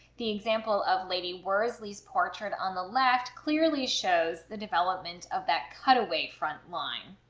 the example of lady worsley's portrait on the left clearly shows the development of that cutaway front line.